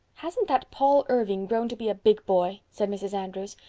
hasn't that paul irving grown to be a big boy? said mrs. andrews.